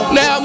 Now